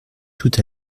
tout